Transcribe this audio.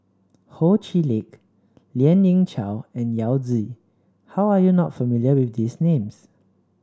Ho Chee Lick Lien Ying Chow and Yao Zi how are you not familiar with these names